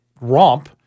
romp